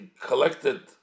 collected